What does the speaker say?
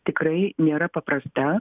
tikrai nėra paprasta